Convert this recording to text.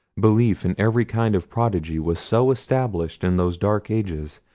belief in every kind of prodigy was so established in those dark ages,